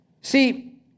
See